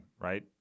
right